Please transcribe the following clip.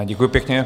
Děkuji pěkně.